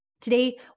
Today